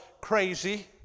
crazy